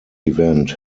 event